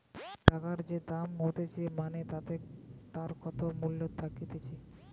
টাকার যে দাম হতিছে মানে তার কত মূল্য থাকতিছে